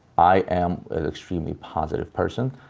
i am an extremely positive person.